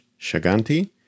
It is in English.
Shaganti